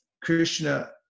Krishna